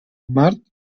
mart